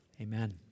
amen